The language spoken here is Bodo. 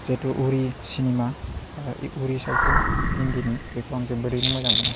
जिहेथु उरि सिनेमा बा उरि सावथुन हिन्दिनि बेखौ आं जोबोरैनो मोजां मोनो